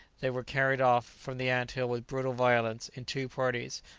they were carried off from the ant-hill with brutal violence, in two parties,